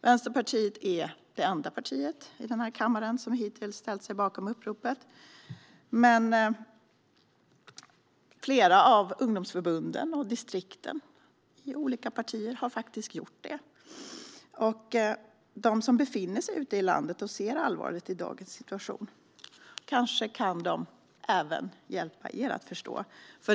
Vänsterpartiet är det enda partiet i den här kammaren som hittills har ställt sig bakom uppropet, men flera av ungdomsförbunden och distrikten i olika partier har faktiskt gjort det. Kanske kan de som befinner sig ute i landet och ser allvaret i dagens situation hjälpa även er att förstå.